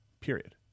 Period